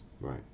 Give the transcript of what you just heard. right